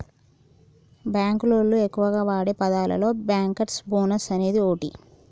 బాంకులోళ్లు ఎక్కువగా వాడే పదాలలో బ్యాంకర్స్ బోనస్ అనేది ఓటి